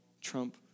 Trump